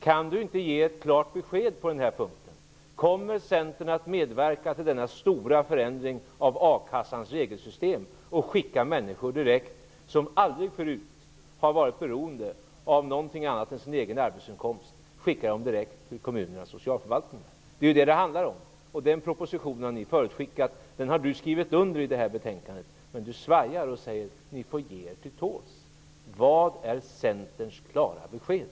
Kan Per-Ola Eriksson inte ge ett klart besked på den här punkten? Kommer Centern att medverka till denna stora förändring av a-kassans regelsystem och skicka människor, som aldrig tidigare har varit beroende av någonting annat än sin egen arbetsinkomst, direkt till kommunernas socialförvaltningar? Det är ju det som det handlar om. Den proposition som regeringen har förutskickat har Per-Ola Eriksson genom detta betänkande skrivit under. Men Per-Ola Eriksson glider undan och säger: Ni får ge er till tåls. Vad är Centerns klara besked?